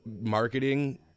marketing